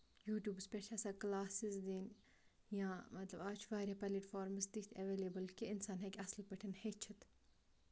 یوٗٹوٗبَس پٮ۪ٹھ چھِ آسان کٕلاسز دِنۍ یا مطلب آز چھُ مطلب واریاہ پَلیٹ فارمَس تِتھ ایٚولیبٕل کہِ اِنسان ہیٚکہِ اَصل پٲٹھۍ ہیٚچھِتھ